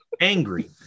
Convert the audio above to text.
angry